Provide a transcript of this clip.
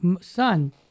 son